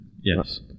Yes